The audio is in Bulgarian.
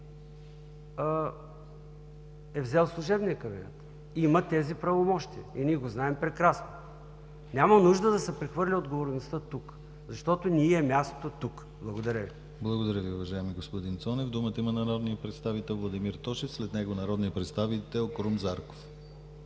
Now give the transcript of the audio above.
е взел служебният кабинет. Има тези правомощия и ние го знаем прекрасно. Няма нужда да се прехвърля отговорността тук, защото не й е мястото тук. Благодаря Ви. ПРЕДСЕДАТЕЛ ДИМИТЪР ГЛАВЧЕВ: Благодаря Ви, уважаеми господин Цонев. Думата има народният представител Владимир Тошев, след него народният представител Крум Зарков,